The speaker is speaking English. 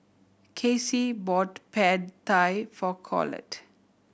Kacie bought Pad Thai for Colette